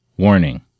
Warning